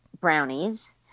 brownies